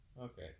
Okay